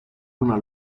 una